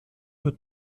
wird